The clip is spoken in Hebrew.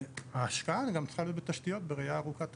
ההשקעה גם צריכה להיות בתשתיות בראייה ארוכת טווח,